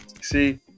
see